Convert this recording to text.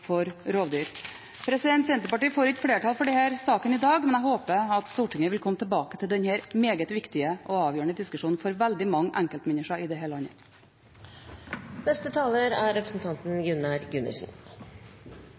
for rovdyr. Senterpartiet får ikke flertall for denne saken i dag, men jeg håper at Stortinget vil komme tilbake til denne meget viktige og avgjørende diskusjonen for veldig mange enkeltmennesker i dette landet. Det